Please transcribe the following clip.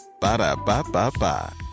Ba-da-ba-ba-ba